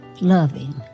Loving